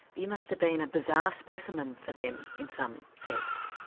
you must have been a bizarre specimen for them in some sense?